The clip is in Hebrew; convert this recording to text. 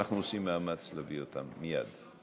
אנחנו עושים מאמץ להביא אותם מייד.